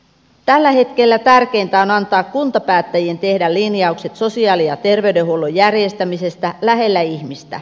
tällä hetkellä tärkeintä on antaa kuntapäättäjien tehdä linjaukset sosiaali ja terveydenhuollon järjestämisestä lähellä ihmistä